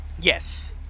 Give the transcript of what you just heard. Yes